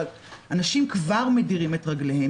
אבל אנשים כבר מדירים את רגליהם.